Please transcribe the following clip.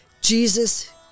Jesus